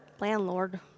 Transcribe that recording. landlord